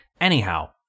Anyhow